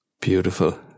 beautiful